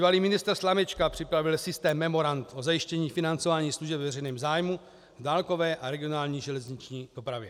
Bývalý ministr Slamečka připravil systém memorand o zajištění financování služeb ve veřejném zájmu v dálkové a regionální železniční dopravě.